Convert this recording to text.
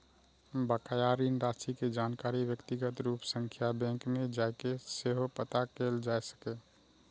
बकाया ऋण राशि के जानकारी व्यक्तिगत रूप सं बैंक मे जाके सेहो पता कैल जा सकैए